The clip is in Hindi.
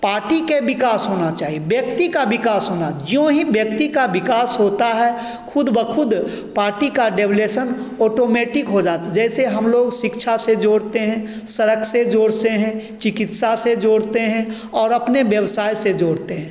पार्टी का विकास होना चाहिए व्यक्ति का विकास होना जो ही व्यक्ति का विकास होता है खुद ब खुद पार्टी का डेबलेसन ऑटोमैटिक हो जाता है जैसे हमलोग शिक्षा से जोड़ते हैं सड़क से जोड़ते हैं चिकित्सा से जोड़ते हैं और अपने व्यवसाय से जोड़ते हैं